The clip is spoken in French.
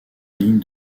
ligne